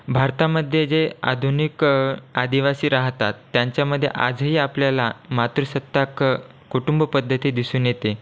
भारतामध्ये जे आधुनिक आदिवासी राहतात त्यांच्यामध्ये आजही आपल्याला मातृसत्ताक कुटुंब पद्धती दिसून येते